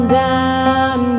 down